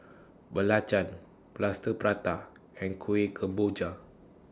Belacan Plaster Prata and Kuih Kemboja